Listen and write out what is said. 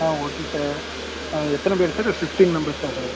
ஆ okay sir ஆ எத்தனை பேர் சார் ஃபிஃப்ட்டின் மெம்பர்ஸ்ஸா சார்